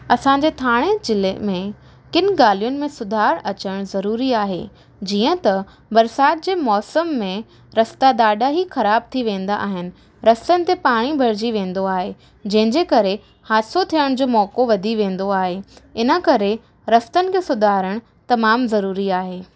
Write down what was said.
असांजे ठाणे ज़िले में किन ॻाल्हयुनि में सुधार अचनि ज़रूरी आहे जींअ त बरसातु जे मौसमु में रस्ता ॾाढा ई खराबु थी वेन्दा आहिनि रस्तनि ते पाणी भरजी वेन्दो आहे जंहिंजे करे हादसो थियण जो मौक़ो वधी वेन्दो आहे इन करे रस्तनि खे सुधारण तमामु ज़रूरी आहे